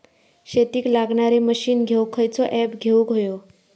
शेतीक लागणारे मशीनी घेवक खयचो ऍप घेवक होयो?